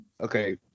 Okay